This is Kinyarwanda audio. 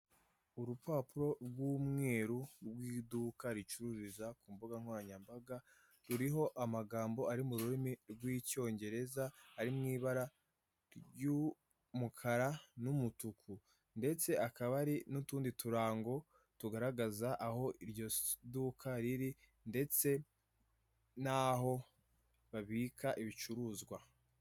Urupapuro rw'umweru rw'iduka ricururiza ku mbuga nkoranyambaga ruriho amagambo ari mu rurimi rw'icyongereza ari mu ibara ry'umukara n'umutuku, ndetse akaba ari n'utundi turango tugaragaza aho iryo duka riri ndetse n'aho babika ibicuruzwa.